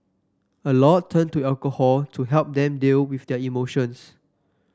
a lot turn to alcohol to help them deal with their emotions